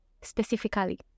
Specifically